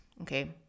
okay